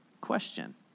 question